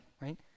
right